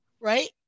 right